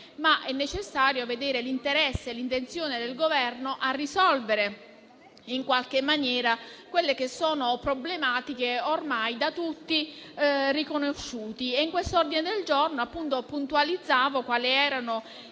ma è necessario vedere l'interesse e l'intenzione del Governo a risolvere in qualche maniera delle problematiche ormai da tutti riconosciute. In questo ordine del giorno si puntualizza quali sono